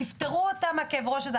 תיפטרו אותם מכאב הראש הזה.